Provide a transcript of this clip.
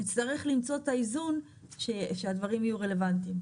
נצטרך למצוא את האיזון שהדברים יהיו רלבנטיים.